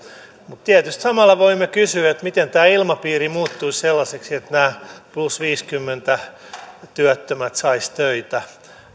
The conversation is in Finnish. mutta tietysti samalla voimme kysyä miten tämä ilmapiiri muuttuisi sellaiseksi että nämä viisikymmentä plus työttömät saisivat töitä